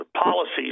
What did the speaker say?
policies